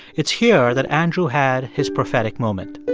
it's here that andrew had his prophetic moment